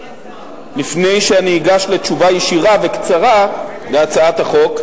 לפני שאני אגש לתשובה ישירה וקצרה על הצעת החוק,